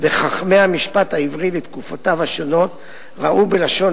וחכמי המשפט העברי לתקופותיו השונות ראו בלשון